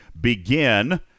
begin